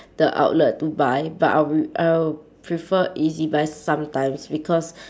the outlet to buy but I'll pre~ I'll prefer E_Z buy sometimes because